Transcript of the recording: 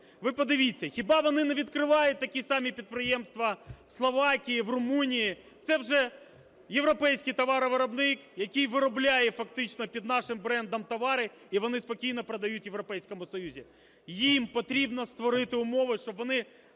Ви подивіться, хіба вони не відкривають такі самі підприємства в Словакії, в Румунії? Це вже європейський товаровиробник, який виробляє фактично під нашим брендом товари, і вони спокійно продають в Європейському Союзі. Їм потрібно створити умови, щоб вони